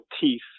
teeth